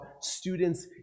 students